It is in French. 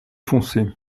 foncé